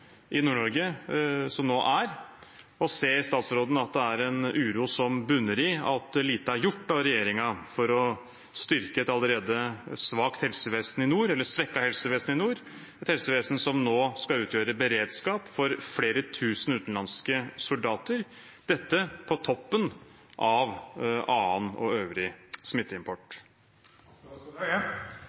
som nå er i Nord-Norge, og ser statsråden at det er en uro som bunner i at lite er gjort av regjeringen for å styrke et allerede svekket helsevesen i nord, et helsevesen som nå skal utgjøre beredskap for flere tusen utenlandske soldater, på toppen av annen og øvrig